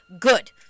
Good